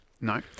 No